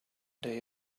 they